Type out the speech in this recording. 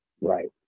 Right